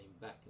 back